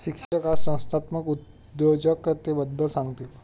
शिक्षक आज संस्थात्मक उद्योजकतेबद्दल सांगतील